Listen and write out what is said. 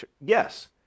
yes